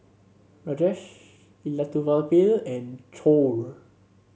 Rajesh Elattuvalapil and Choor